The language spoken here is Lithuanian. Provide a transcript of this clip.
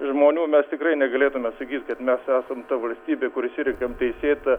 žmonių mes tikrai negalėtume sakyt kad mes esam ta valstybė kur išsirenkam teisėtą